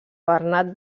bernat